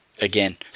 again